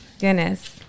Goodness